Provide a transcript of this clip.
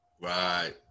Right